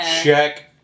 check